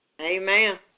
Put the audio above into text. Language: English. Amen